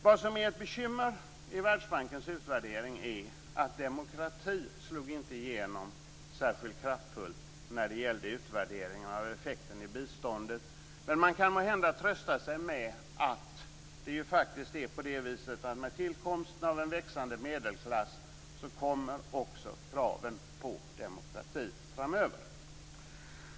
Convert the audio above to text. Vad som är ett bekymmer i Världsbankens utvärdering är att demokratin inte slog igenom särskilt kraftfullt när det gällde utvärderingen av effekten av biståndet. Men man kan måhända trösta sig med att det är på det viset att med tillkomsten av en växande medelklass kommer också kraven på demokrati framöver.